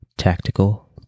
tactical